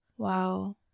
Wow